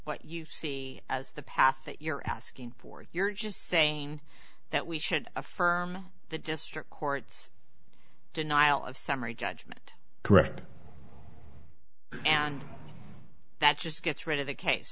what you see as the path that you're asking for you're just saying that we should affirm the district court's denial of summary judgment correct and that just gets rid of the case